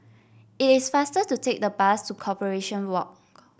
it is faster to take the bus to Corporation Walk